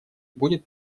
будет